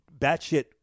batshit